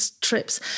trips